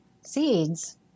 seeds